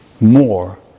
more